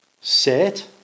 Sit